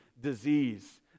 disease